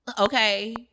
okay